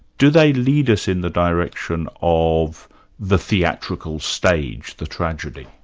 do they lead us in the direction of the theatrical stage, the tragedy?